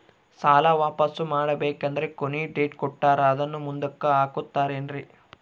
ಸಾಲ ವಾಪಾಸ್ಸು ಮಾಡಬೇಕಂದರೆ ಕೊನಿ ಡೇಟ್ ಕೊಟ್ಟಾರ ಅದನ್ನು ಮುಂದುಕ್ಕ ಹಾಕುತ್ತಾರೇನ್ರಿ?